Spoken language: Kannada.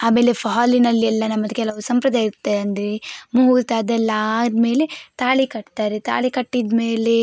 ಆಮೇಲೆ ಫಾ ಹಾಲಿನಲ್ಲಿ ಎಲ್ಲ ನಮ್ಮದು ಕೆಲವು ಸಂಪ್ರದಾಯ ಇರುತ್ತೆ ಅಂದರೆ ಮುಹೂರ್ತ ಅದೆಲ್ಲ ಆದ್ಮೇಲೆ ತಾಳಿ ಕಟ್ತಾರೆ ತಾಳಿ ಕಟ್ಟಿದ್ಮೇಲೆ